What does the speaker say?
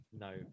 No